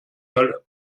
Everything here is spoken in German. hölle